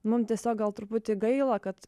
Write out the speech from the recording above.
mum tiesiog gal truputį gaila kad